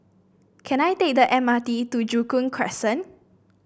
can I take the M R T to Joo Koon Crescent